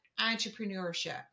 entrepreneurship